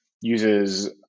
uses